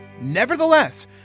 Nevertheless